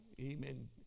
amen